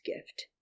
gift